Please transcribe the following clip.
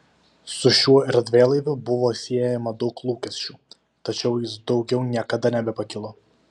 su šiuo erdvėlaiviu buvo siejama daug lūkesčių tačiau jis daugiau niekada nebepakilo